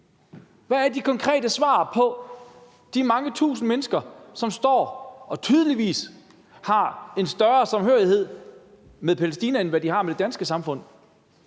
Hvad er de konkrete svar på de mange tusind mennesker, som står og tydeligvis har en større samhørighed med Palæstina, end de har med det danske samfund?